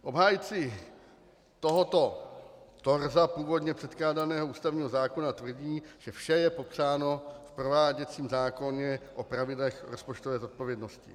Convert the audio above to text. Obhájci tohoto torza původně předkládaného ústavního zákona tvrdí, že vše je popsáno v prováděcím zákoně o pravidlech rozpočtové zodpovědnosti.